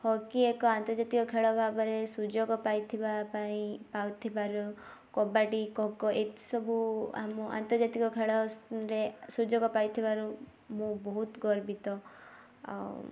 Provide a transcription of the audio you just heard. hockey ଏକ ଆନ୍ତର୍ଜାତିକ ଖେଳ ଭାବରେ ସୁଯୋଗ ପାଇଥିବା ପାଇଁ ପାଉଥିବାରୁ କବାଡ଼ି ଖୋ ଖୋ ଏତ ସବୁ ଆମ ଆନ୍ତର୍ଜାତିକ ଖେଳରେ ସୁଯୋଗ ପାଇଥିବାରୁ ମୁଁ ବହୁତ ଗର୍ବିତ ଆଉ